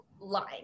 line